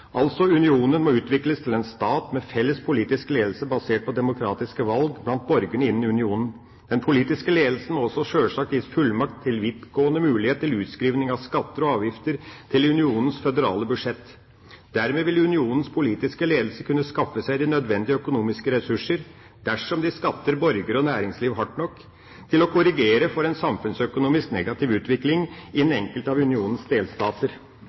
Altså: Unionen må utvikles til en stat med felles politisk ledelse, basert på demokratiske valg blant borgerne innen unionen. Den politiske ledelsen må sjølsagt også gis fullmakt til vidtgående mulighet til utskriving av skatter og avgifter til unionens føderale budsjett. Dermed vil unionens politiske ledelse kunne skaffe seg de nødvendige økonomiske ressurser, dersom de skatter borgere og næringsliv hardt nok, til å korrigere for en samfunnsøkonomisk negativ utvikling i den enkelte av unionens delstater.